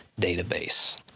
database